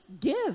give